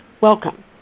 Welcome